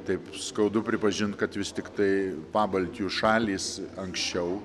taip skaudu pripažint kad vis tiktai pabaltijų šalys anksčiau